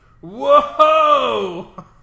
Whoa